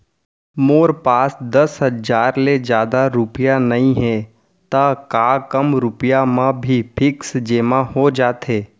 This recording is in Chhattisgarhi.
मोर पास दस हजार ले जादा रुपिया नइहे त का कम रुपिया म भी फिक्स जेमा हो जाथे?